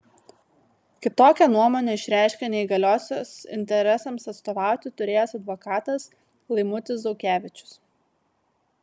kitokią nuomonę išreiškė neįgaliosios interesams atstovauti turėjęs advokatas laimutis zaukevičius